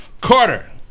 Carter